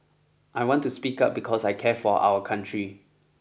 I want to speak up because I care for our country